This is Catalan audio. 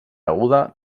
aguda